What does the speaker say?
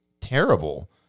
terrible